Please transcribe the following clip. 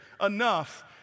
enough